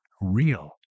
real